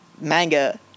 manga